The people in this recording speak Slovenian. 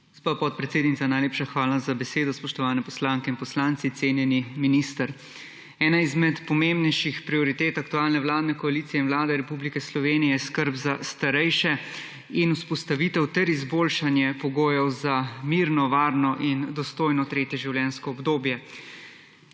Gospa podpredsednica, najlepša hvala za besedo. Spoštovani poslanke in poslanci! Cenjeni minister! Ena izmed pomembnejših prioritet aktualne vladne koalicije in Vlade Republike Slovenije je skrb za starejše in vzpostavitev ter izboljšanje pogojev za mirno, varno in dostojno tretje življenjsko obdobje.